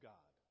God